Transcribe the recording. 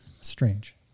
strange